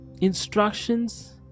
instructions